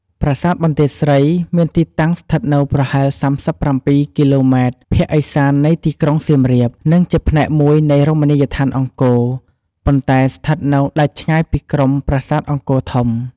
ប្រាសាទបន្ទាយស្រីមានទីតាំងស្ថិតនៅប្រហែល ៣៧ គីឡូម៉ែត្រភាគឦសាននៃទីក្រុងសៀមរាប និងជាផ្នែកមួយនៃរមណីយដ្ឋានអង្គរ ប៉ុន្តែស្ថិតនៅដាច់ឆ្ងាយពីក្រុមប្រាសាទអង្គរធំ។